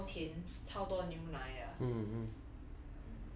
like like 超甜超多牛奶的